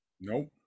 nope